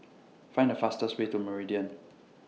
Find The fastest Way to Meridian